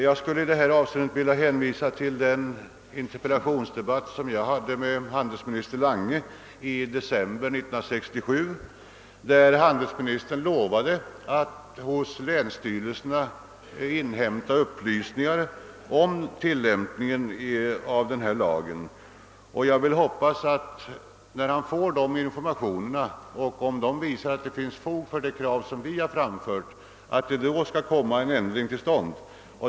Jag vill i detta avseende hänvisa till den interpellationsdebatt jag förde med handelsminister Lange i december 1967, varvid handelsministern lovade att hos länsstyrelserna inhämta upplysningar om tillämpningen av denna lag. Jag hoppas att det, om de informationer handelsministern får visar att det finns fog för de krav vi har framfört, snarast skall komma en ändring till stånd.